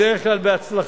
בדרך כלל בהצלחה.